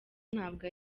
ntabwo